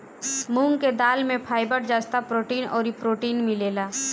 मूंग के दाल में फाइबर, जस्ता, प्रोटीन अउरी प्रोटीन मिलेला